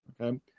okay